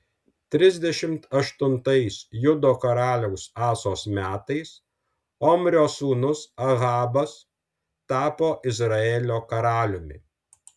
trisdešimt aštuntais judo karaliaus asos metais omrio sūnus ahabas tapo izraelio karaliumi